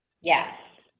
Yes